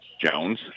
Jones